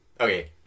okay